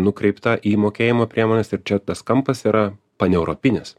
nukreipta į mokėjimo priemones ir čia tas kampas yra paneuropinis